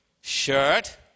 shirt